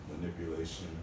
manipulation